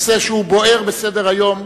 נושא שהוא בוער בסדר-היום